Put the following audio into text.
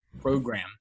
program